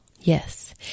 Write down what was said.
Yes